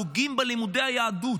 פוגעים בלימודי היהדות.